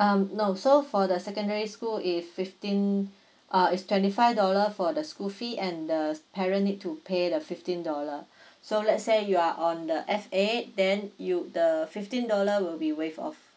um no so for the secondary school if fifteen uh it's twenty five dollar for the school fee and the parent need to pay the fifteen dollar so let's say you are on the F_A then you the fifteen dollar will be waived off